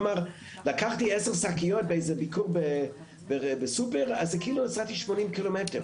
כלומר לקחתי עשר שקיות בסופר כאילו נסעתי 80 ק"מ.